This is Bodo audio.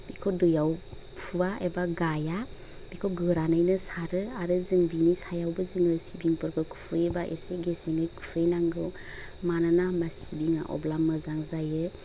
बेखौ दैयाव फुवा एबा गाया बिखौ गोरानैनो सारो आरो जों बिनि सायावबो जोङो सिबिंफोरखौ खुयोबा एसे गेसेङै खुयनांगौ मानोना होमबा सिबिङा अब्ला मोजां जायो